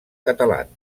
catalans